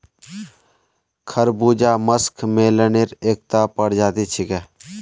खरबूजा मस्कमेलनेर एकता प्रजाति छिके